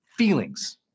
Feelings